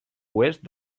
oest